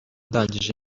ndangije